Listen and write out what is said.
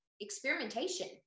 experimentation